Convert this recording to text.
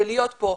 להיות כאן,